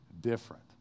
different